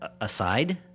Aside